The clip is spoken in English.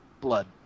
blood